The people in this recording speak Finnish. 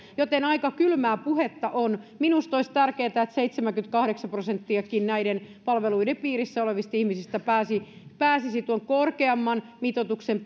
joten aika kylmää puhetta on minusta olisi tärkeätä että myös nämä seitsemänkymmentäkahdeksan prosenttia näiden palveluiden piirissä olevista ihmisistä pääsisi pääsisi tuon korkeamman mitoituksen